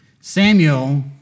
Samuel